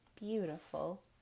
beautiful